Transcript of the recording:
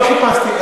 לא חיפשתי,